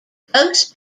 ghost